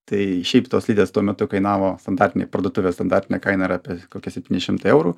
tai šiaip tos slidės tuo metu kainavo standartinėj parduotuvėj standartinė kaina yra apie kokie septyni šimtai eurų